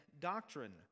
doctrine